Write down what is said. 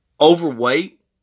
overweight